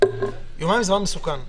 זה מסוכן.